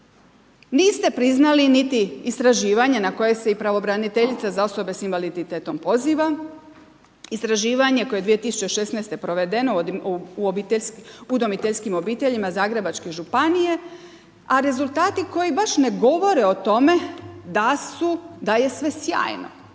Niste priznali niti istraživanje na koje se i Pravobraniteljica za osobe s invaliditetom poziva, istraživanje koje je 2016. provedeno u udomiteljskim obiteljima Zagrebačke županije, a rezultati koji baš ne govore o tome da je sve sjajno,